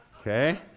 Okay